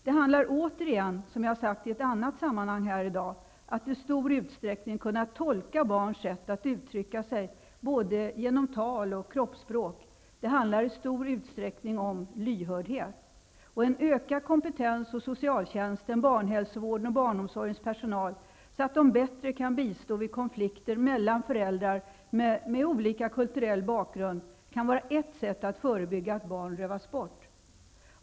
Det handlar återigen, som jag har sagt i ett annat sammanhang här i dag, om att i stor utsträckning kunna tolka barns sätt att uttrycka sig både genom tal och kroppsspråk. Det handlar i stor utsträckning om lyhördhet. En ökad kompetens hos socialtjänsten, barnhälsovården och barnomsorgens personal så att de bättre kan bistå vid konflikter mellan föräldrar med olika kulturell bakgrund kan vara ett sätt att förebygga att barn rövas bort.